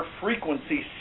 frequency